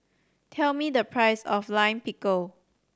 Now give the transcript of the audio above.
tell me the price of Lime Pickle